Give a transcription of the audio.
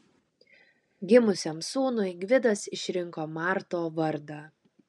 gimusiam sūnui gvidas išrinko marto vardą